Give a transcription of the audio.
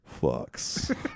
fucks